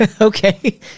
Okay